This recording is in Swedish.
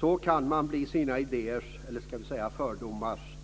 Så kan man blir sina idéers - eller ska vi säga fördomars?